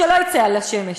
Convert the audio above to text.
שלא יצא לשמש.